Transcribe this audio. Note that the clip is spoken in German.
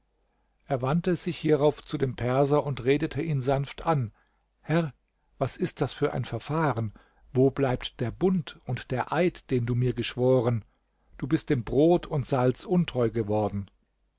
er wandte sich hierauf zu dem perser und redete ihn sanft an herr was ist das für ein verfahren wo bleibt der bund und der eid den du mir geschworen du bist dem brot und salz untreu geworden